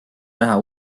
näha